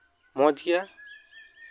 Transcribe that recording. ᱢᱚᱡᱽ ᱜᱮᱭᱟ